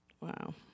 Wow